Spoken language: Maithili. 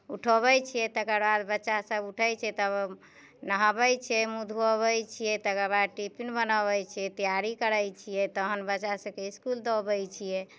उठबैत छियै तकर बाद बच्चासभ उठै छै तब नहाबै छियै मुँह धोअबैत छियै तकर बाद टिफिन बनबैत छियै तैयारी करै छियै तखन बच्चासभके इसकुल दऽ अबै छियै